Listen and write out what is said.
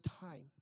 time